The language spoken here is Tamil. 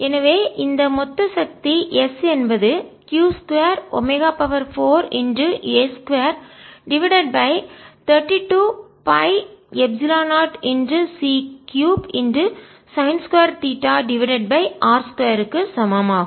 எனவே இந்த மொத்த சக்தி s என்பது q 2 omega 4 A2 divided by 32π epsilon 0 c3 sine theta r2 விற்கு சமம் ஆகும்